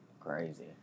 Crazy